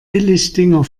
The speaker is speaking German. billigdinger